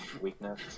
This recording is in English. weakness